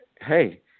hey